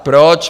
Proč?